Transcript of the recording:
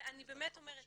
ואני באמת אומרת,